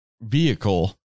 vehicle